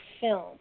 film